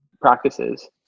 practices